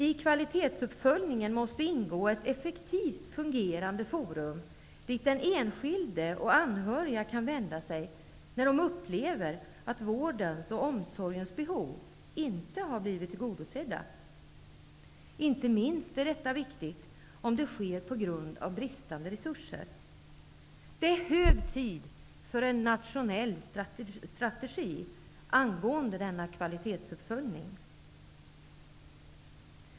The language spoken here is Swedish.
I kvalitetsuppföljningen måste ingå ett effektivt fungerande forum, dit den enskilde och anhöriga kan vända sig när de upplever att vårdens och omsorgens behov inte har blivit tillgodosedda. Inte minst är detta viktigt om det sker på grund av bristande resurser. Det är hög tid för en nationell strategi angående denna kvalitetsuppföljning.